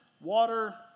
water